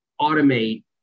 automate